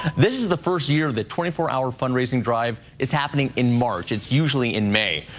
this is the first year the twenty four hour fund raising drive is happening in march, it's usually in may.